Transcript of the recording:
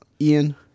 Ian